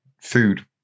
food